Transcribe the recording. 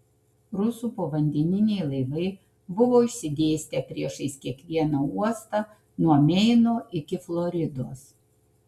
rusų povandeniniai laivai buvo išsidėstę priešais kiekvieną uostą nuo meino iki floridos